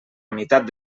unitat